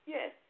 Yes